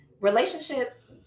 relationships